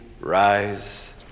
rise